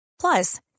Plus